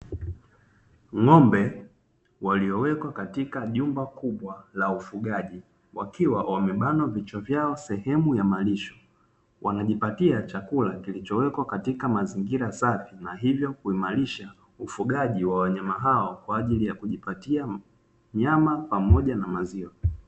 Ngo'mbe waliowekwa katika jumba kubwa la ufugaji wakiwa wamebanwa vichwa vyao sehemu ya malisho, wanajipatia chakula kilichowekwa katika mazingira safi na hivyo kuimarisha ufugaji wa wanyama hao kwa ajili ya kujipatia nyama pamoja na maziwa.